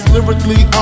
Lyrically